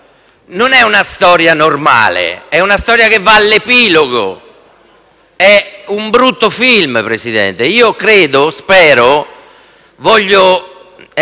non è una storia normale, è una storia che va all'epilogo, è un brutto film, signor Presidente. Io credo, spero e voglio